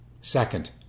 Second